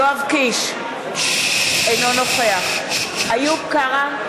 אינו נוכח איוב קרא,